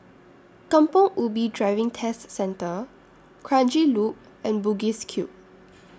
Kampong Ubi Driving Test Centre Kranji Loop and Bugis Cube